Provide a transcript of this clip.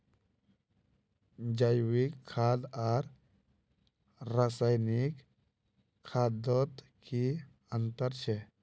जैविक खाद आर रासायनिक खादोत की अंतर छे?